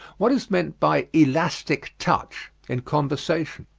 what is meant by elastic touch in conversation?